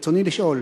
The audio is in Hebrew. רצוני לשאול: